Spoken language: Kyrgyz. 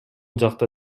жакта